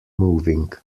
moving